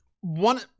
one